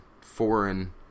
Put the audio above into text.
foreign